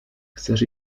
chcesz